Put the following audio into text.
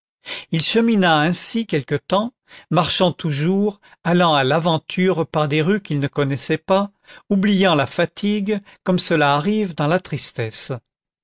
il chemina ainsi quelque temps marchant toujours allant à l'aventure par des rues qu'il ne connaissait pas oubliant la fatigue comme cela arrive dans la tristesse